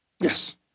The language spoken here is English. yes